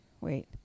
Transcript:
Wait